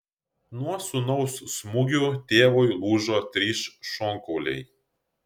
nuo sūnaus smūgių tėvui lūžo trys šonkauliai